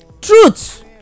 Truth